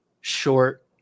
short